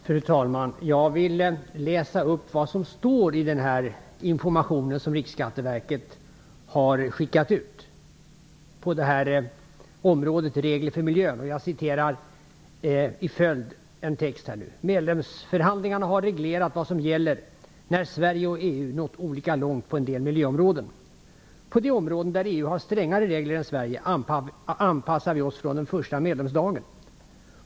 Fru talman! Jag vill läsa upp vad som står i den aktuella informationen om detta område, regler för miljön. "Medlemskapsförhandlingarna har reglerat vad som gäller när Sverige och EU har nått olika långt på en del miljöområden: På de områden där EU har strängare regler än Sverige anpassar vi oss från den första medlemsdagen.